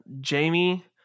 Jamie